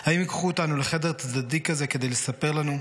/ האם ייקחו אותנו לחדר צדדי כזה, כדי לספר לנו?